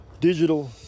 digital